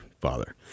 father